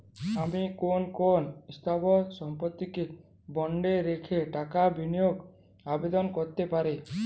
আমি কোন কোন স্থাবর সম্পত্তিকে বন্ডে রেখে টাকা বিনিয়োগের আবেদন করতে পারি?